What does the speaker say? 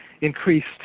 increased